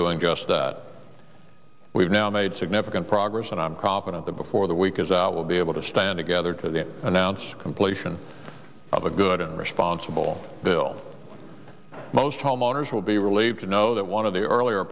doing just that we've now made significant progress and i'm confident that before the week is out we'll be able to stand together to announce completion of a good and responsible bill most homeowners will be relieved to know that one of the earlier